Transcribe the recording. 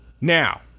Now